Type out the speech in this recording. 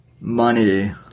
money